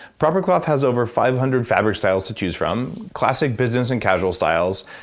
proper cloth has over five hundred fabric styles to choose from classic business and casual styles.